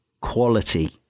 quality